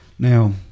Now